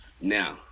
Now